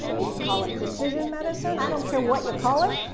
you can call it precision medicine. i don't care what you call it.